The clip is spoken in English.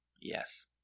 Yes